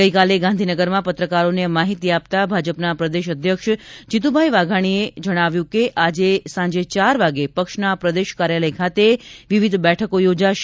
ગઇકાલે ગાંધીનગરમાં પત્રકારોને આ માહિતી આપતાં ભાજપના પ્રદેશ અધ્યક્ષ શ્રી જીતુ વાઘાણીએ જણાવ્યું હતું કે આજે સાંજે ચાર વાગ્યે પક્ષના પ્રદેશ કાર્યાલય ખાતે વિવિધ બેઠકો યોજાશે